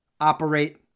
operate